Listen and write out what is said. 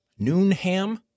Noonham